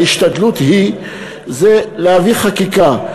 ההשתדלות היא להביא חקיקה.